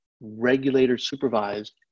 regulator-supervised